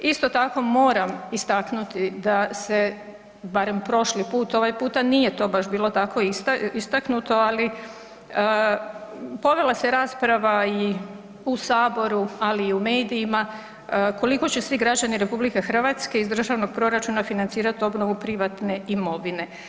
Isto tako moram istaknuti da se barem prošli put, ovaj puta to baš nije bilo tako istaknuto, ali povela se rasprava u saboru ali i u medijima koliko će svi građani RH iz državnog proračuna financirati obnovu privatne imovine.